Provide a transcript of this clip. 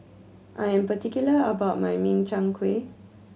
I am particular about my Min Chiang Kueh